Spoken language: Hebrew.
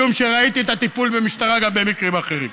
משום שראיתי את הטיפול של המשטרה גם במקרים אחרים.